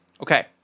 Okay